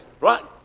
right